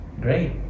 great